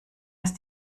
ist